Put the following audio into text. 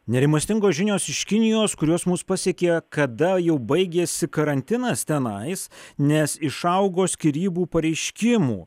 nerimastingos žinios iš kinijos kurios mus pasiekė kada jau baigėsi karantinas tenais nes išaugo skyrybų pareiškimų